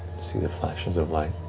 see the flashes of light.